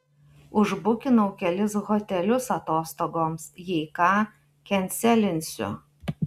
užbukinau kelis hotelius atostogoms jei ką kenselinsiu